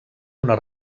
una